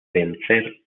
vencer